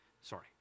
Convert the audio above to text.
Sorry